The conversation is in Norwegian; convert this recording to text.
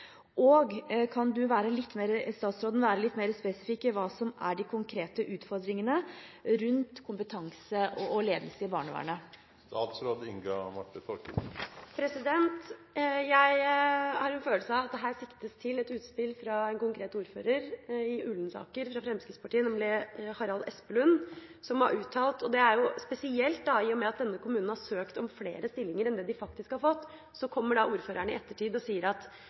Kan statsråden være litt mer spesifikk når det gjelder de konkrete utfordringene rundt kompetanse og ledelse i barnevernet? Jeg har en følelse av at det her siktes til et utspill fra en konkret ordfører fra Fremskrittspartiet i Ullensaker, nemlig Harald Espelund. Det er jo spesielt da, i og med at denne kommunen har søkt om flere stillinger enn det den faktisk har fått, og så kommer ordføreren i ettertid og sier at